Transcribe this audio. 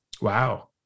wow